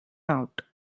out